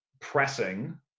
pressing